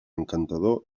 encantador